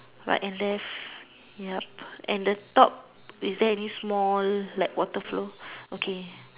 right and left and the top is there any small water flow